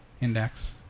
index